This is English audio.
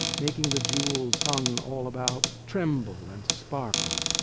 making the jewels hung all about, tremble and sparkle.